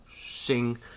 sing